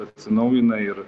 atsinaujina ir